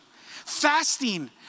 Fasting